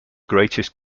greatest